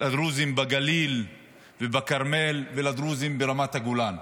לדרוזים בגליל ובכרמל ולדרוזים ברמת הגולן.